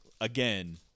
again